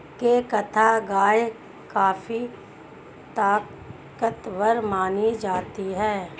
केंकथा गाय काफी ताकतवर मानी जाती है